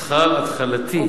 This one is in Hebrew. שכר התחלתי.